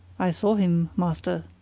i saw him, master,